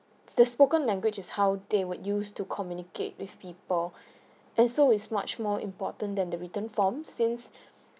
the spoken language is how they would use to communicate with people and so is much more important than the written form since